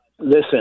listen